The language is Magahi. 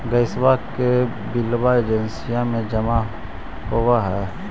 गैसवा के बिलवा एजेंसिया मे जमा होव है?